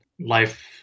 life